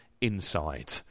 inside